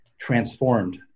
transformed